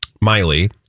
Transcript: Miley